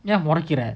ye more accurate